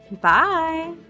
Bye